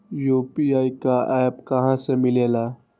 UPI का app कहा से मिलेला?